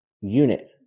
unit